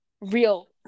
Real